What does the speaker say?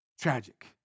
Tragic